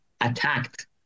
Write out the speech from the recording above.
attacked